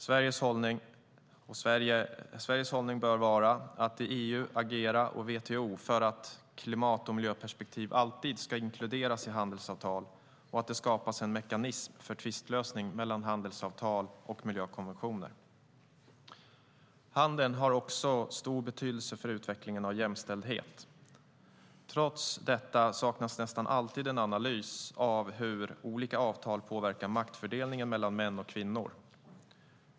Sveriges hållning bör vara att agera i EU och WTO för att klimat och miljöperspektiv alltid ska inkluderas i handelsavtal och att det skapas en mekanism för tvistlösning i frågor om handelsavtal och miljökonventioner. Handeln har också stor betydelse för utvecklingen av jämställdhet. Trots detta saknas nästan alltid en analys av hur olika avtal påverkar maktfördelningen mellan män och kvinnor.